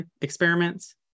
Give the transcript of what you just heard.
experiments